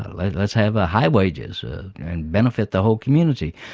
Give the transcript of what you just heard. let's have ah high wages and benefit the whole community.